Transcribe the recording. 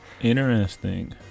Interesting